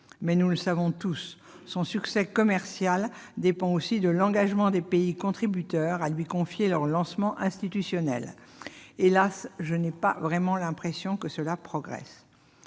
Mais, nous le savons tous, son succès commercial dépend aussi de l'engagement des pays contributeurs à lui confier leurs lancements institutionnels. Malheureusement, je n'ai pas vraiment l'impression que cela progresse.